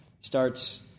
starts